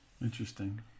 Interesting